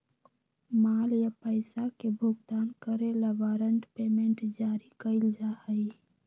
माल या पैसा के भुगतान करे ला वारंट पेमेंट जारी कइल जा हई